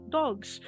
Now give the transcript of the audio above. dogs